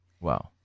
Wow